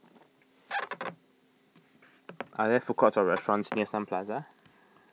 are there food courts or restaurants near Sun Plaza